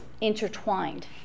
intertwined